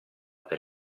per